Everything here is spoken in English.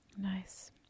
Nice